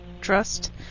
trust